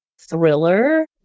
thriller